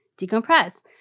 decompress